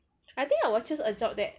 I think I will choose a job that